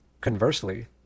Conversely